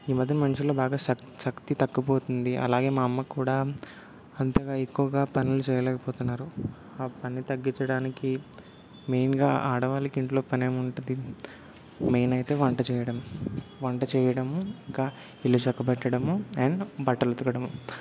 ఈ మధ్యన మనుషుల్లో బాగా శక్తి శక్తి తగ్గిపోతుంది అలాగే మా అమ్మక్కూడా అంతగా ఎక్కువగా పనులు చేయలేకపోతున్నారు ఆ పని తగ్గిచ్చడానికి మెయిన్గా ఆడవాళ్ళకి ఇంట్లో పనేముంటుంది మెయిన్ అయితే వంట చేయడం వంట చేయడము ఇంకా ఇల్లు చక్కబెట్టడము అండ్ బట్టలు ఉతకడము